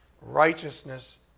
righteousness